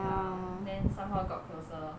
ya then somehow got closer